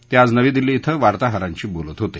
ते आज नवी दिल्ली धिं वार्ताहरांशी बोलत होते